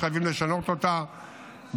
שחייבים לשנות אות הדברים.